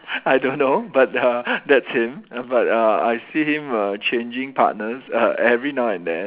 I don't know but uh that's him but uh I see him err changing partners err every now and then